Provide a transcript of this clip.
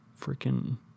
freaking